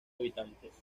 habitantes